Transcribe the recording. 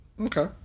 Okay